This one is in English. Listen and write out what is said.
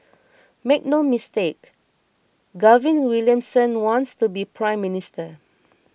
make no mistake Gavin Williamson wants to be Prime Minister